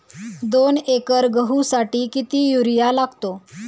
दोन एकर गहूसाठी किती युरिया लागतो?